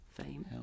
fame